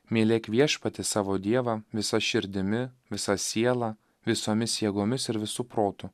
mylėk viešpatį savo dievą visa širdimi visa siela visomis jėgomis ir visu protu